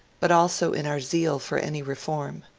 but also in our zeal for any reform.